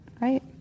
right